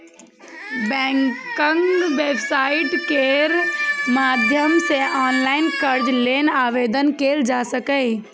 बैंकक वेबसाइट केर माध्यम सं ऑनलाइन कर्ज लेल आवेदन कैल जा सकैए